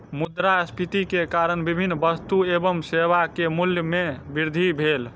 मुद्रास्फीति के कारण विभिन्न वस्तु एवं सेवा के मूल्य में वृद्धि भेल